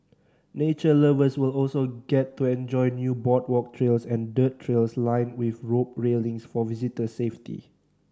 nature lovers will also get to enjoy new boardwalk trails and dirt trails lined with rope railings for visitor safety